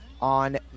on